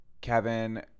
Kevin